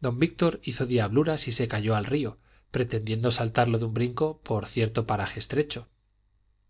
don víctor hizo diabluras y se cayó al río pretendiendo saltarlo de un brinco por cierto paraje estrecho